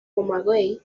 camagüey